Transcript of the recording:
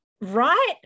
right